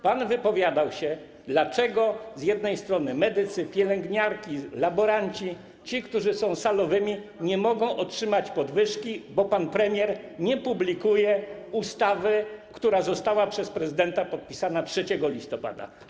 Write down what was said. Pan wypowiadał się, dlaczego z jednej strony medycy, pielęgniarki, laboranci, ci, którzy są salowymi, nie mogą otrzymać podwyżki, bo pan premier nie publikuje ustawy, która została przez prezydenta podpisana 3 listopada.